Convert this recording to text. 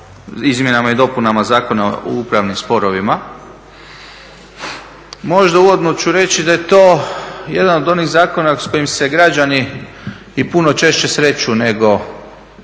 izmjenama i dopunama Zakona o upravnim sporovima. Možda uvodno ću reći da je to jedan od onih zakona s kojim se građani i puno češće sreću nego